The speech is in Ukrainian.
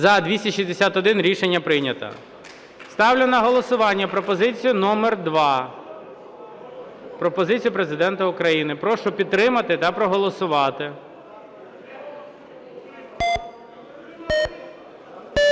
За-261 Рішення прийнято. Ставлю на голосування пропозицію номер 2, пропозицію Президента України. Прошу підтримати та проголосувати.